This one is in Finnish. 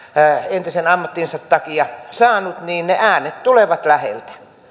entisen ammattinsa takia saanut niin ne äänet tulevat läheltä